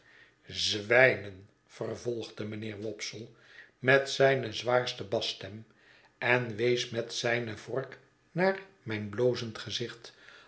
zwijnen vervolgde mijnheer wopsle met zijne zwaarste basstem en wees met zijne vork naar mijn blozend gezicht